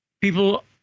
People